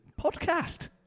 podcast